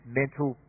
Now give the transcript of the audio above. mental